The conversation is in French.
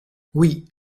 oui